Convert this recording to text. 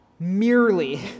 Merely